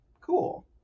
cool